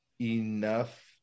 enough